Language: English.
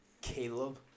Caleb